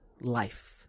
Life